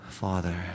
Father